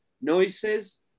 noises